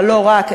אבל לא רק,